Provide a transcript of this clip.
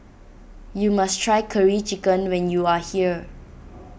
you must try Curry Chicken when you are here